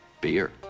Beer